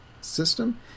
system